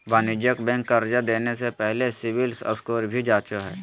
वाणिज्यिक बैंक कर्जा देने से पहले सिविल स्कोर भी जांचो हइ